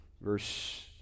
Verse